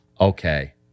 okay